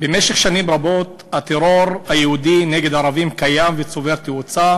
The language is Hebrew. במשך שנים רבות הטרור היהודי נגד ערבים קיים וצובר תאוצה